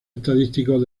estadísticos